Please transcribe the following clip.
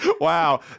Wow